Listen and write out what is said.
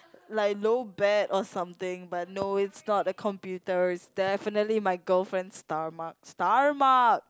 like low bat or something but no it's not the computer it's definitely my girlfriend's stomach stomach